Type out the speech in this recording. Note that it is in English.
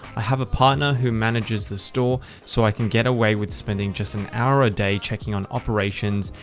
i have a partner who manages the store so i can get away with spending just an hour a day, checking on operations,